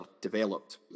developed